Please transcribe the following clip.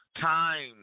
Time